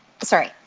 Sorry